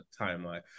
timeline